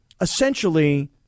essentially